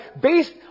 based